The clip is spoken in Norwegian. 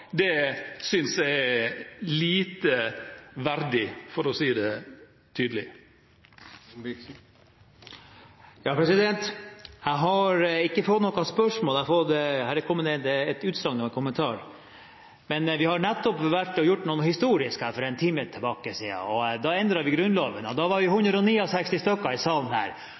Finnmark, synes jeg er lite verdig, for å si det tydelig. Jeg har ikke fått noe spørsmål – det kom et utsagn, en kommentar. Vi har nettopp, for en time siden, gjort noe historisk. Vi endret Grunnloven, og da var vi 169 stykker i salen her.